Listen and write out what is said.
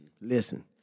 Listen